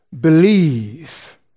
believe